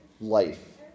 life